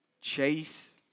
Chase